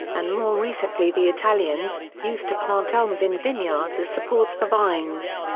and more recently the italians, used to plant elms in vineyards as supports for vines.